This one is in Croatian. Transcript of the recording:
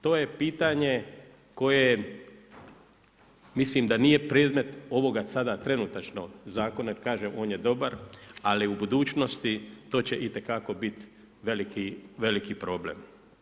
To je pitanje, koje mislim da nije predmet ovoga sada trenutačno zakona, jer kažem, on je dobar, ali u budućnosti, to će itekako biti veliki, veliki problem.